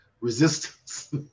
resistance